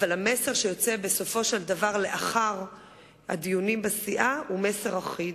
אבל המסר שיוצא בסופו של דבר לאחר הדיונים בסיעה הוא מסר אחיד,